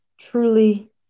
truly